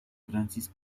francis